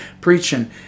preaching